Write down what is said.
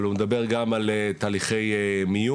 אבל הוא מדבר גם על תהליכי מיון,